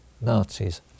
Nazis